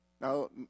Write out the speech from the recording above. Now